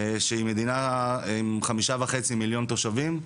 שהיא מדינה עם חמישה וחצי מיליון תושבים,